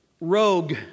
rogue